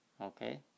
Okay